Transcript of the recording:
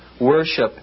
worship